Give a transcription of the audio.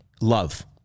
love